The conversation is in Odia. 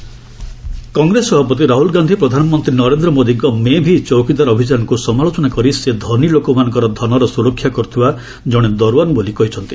ରାହୁଲ୍ ବିହାର କଂଗ୍ରେସ ସଭାପତି ରାହୁଲ୍ ଗାନ୍ଧି ପ୍ରଧାନମନ୍ତ୍ରୀ ନରେନ୍ଦ୍ର ମୋଦିଙ୍କ ମେଁ ଭି ଚୌକିଦାର ଅଭିଯାନକୁ ସମାଲୋଚନା କରି ସେ ଧନୀ ଲୋକମାନଙ୍କ ଧନର ସୁରକ୍ଷା କରୁଥିବା କଣେ ଦରଓ୍ୱାନ୍ ବୋଲି କହିଛନ୍ତି